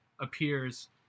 appears